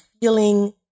feeling